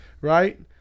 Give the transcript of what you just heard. Right